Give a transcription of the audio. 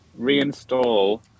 reinstall